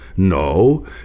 No